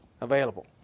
Available